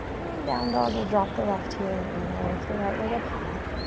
and in down dog, we'll drop the left heel. and inhale, lift the right leg up high.